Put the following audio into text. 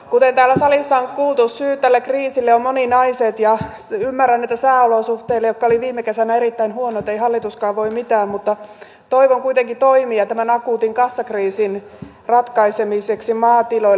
kuten täällä salissa on kuultu syyt tälle kriisille ovat moninaiset ja ymmärrän että sääolosuhteille jotka olivat viime kesänä erittäin huonot ei hallituskaan voi mitään mutta toivon kuitenkin toimia tämän akuutin kassakriisin ratkaisemiseksi maatiloilla